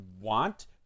want